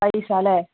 പൈസയല്ലേ